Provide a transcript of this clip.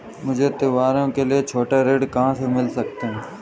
मुझे त्योहारों के लिए छोटे ऋण कहाँ से मिल सकते हैं?